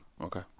Okay